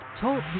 Talk